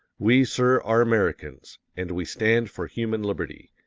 we, sir, are americans and we stand for human liberty!